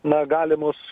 na galimus